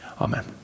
amen